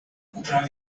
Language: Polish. podczas